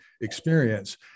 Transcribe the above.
experience